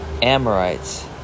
Amorites